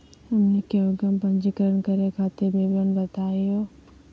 हमनी के उद्यम पंजीकरण करे खातीर विवरण बताही हो?